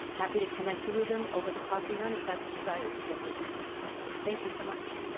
happy to connect you with them over the coffee urn if that's desired, to get more details. so, thank you so much.